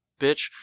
bitch